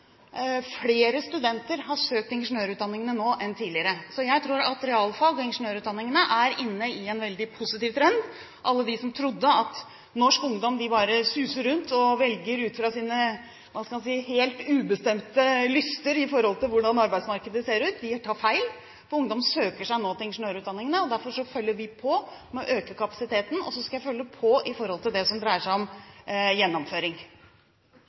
flere studenter har søkt ingeniørutdanningene nå enn tidligere. Jeg tror at realfag og ingeniørutdanningene er inne i en veldig positiv trend. Alle de som trodde at norsk ungdom bare suser rundt og velger ut fra sine – hva skal en si – helt ubestemte lyster i forhold til hvordan arbeidsmarkedet ser ut, tar feil, for ungdom søker seg nå til ingeniørutdanningene. Derfor følger vi på med å øke kapasiteten, og så skal jeg følge opp i forhold til det som dreier seg om gjennomføring.